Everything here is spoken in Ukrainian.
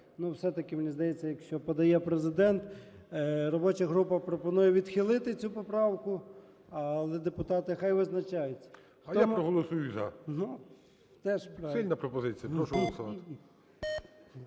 Ну, все-таки, мені здається, якщо подає Президент… Робоча група пропонує відхилити цю поправку. Але депутати хай визначаються. ГОЛОВУЮЧИЙ. А я проголосую "за". Сильна пропозиція. Прошу голосувати.